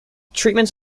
treatments